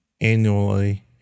annually